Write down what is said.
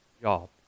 job